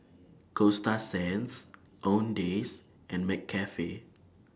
Coasta Sands Owndays and McCafe